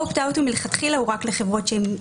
ה- opt outמלכתחילה הוא רק לחברות קיימות,